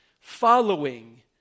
following